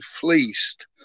fleeced